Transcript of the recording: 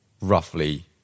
roughly